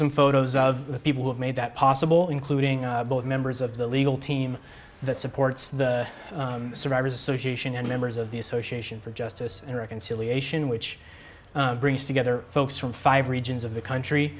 some photos of people who have made that possible including both members of the legal team that supports the survivors association and members of the association for justice and reconciliation which brings together folks from five regions of the country